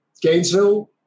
Gainesville